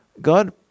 God